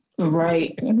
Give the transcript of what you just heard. Right